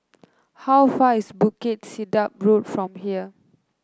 how far is Bukit Sedap Road from here